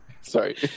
Sorry